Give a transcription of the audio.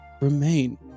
remain